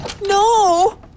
No